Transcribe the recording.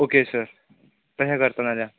okay sir तशें करता नाल्यार